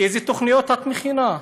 איזה תוכניות את מכינה?